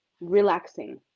relaxing